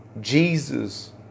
Jesus